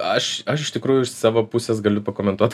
aš aš iš tikrųjų iš savo pusės galiu pakomentuot